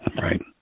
Right